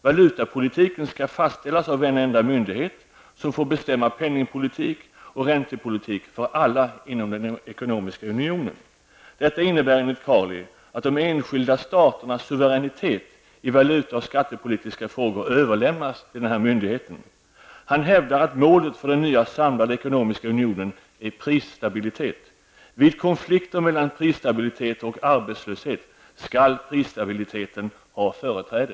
Valutapolitiken skall fastställas av en enda myndighet, som får bestämma penningpolitik och räntepolitik för alla inom den ekonomiska unionen. Detta innebär enligt Carli att de enskilda staternas suveränitet i valuta och skattepolitiska frågor överlämnas till denna myndighet. Han hävdar att målet för den nya samlade ekonomiska unionen är prisstabilitet. Vid konflikter mellan prisstabilitet och arbetslöshet skall prisstabiliteten ha företräde.